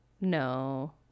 No